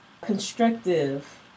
constructive